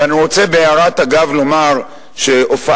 ואני רוצה בהערת אגב לומר שהופעת